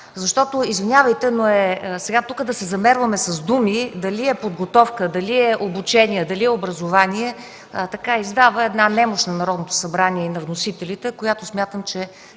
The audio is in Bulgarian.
Извинявайте, но сега тук да се замерваме с думи – дали е подготовка, дали е обучение, дали е образование – това издава една немощ на Народното събрание и на вносителите, която смятам, че